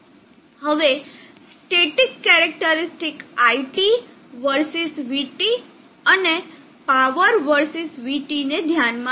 હવે static characteristic iT versus vT અને power versus vT ને ધ્યાનમાં લો